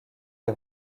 des